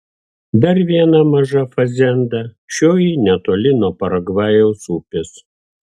dar viena maža fazenda šioji netoli nuo paragvajaus upės